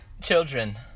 children